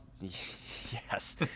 Yes